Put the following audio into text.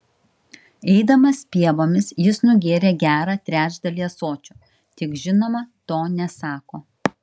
eidamas pievomis jis nugėrė gerą trečdalį ąsočio tik žinoma to nesako